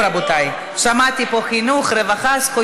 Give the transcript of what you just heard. חברת הכנסת מרב מיכאלי, מה הייתה ההצעה שלך?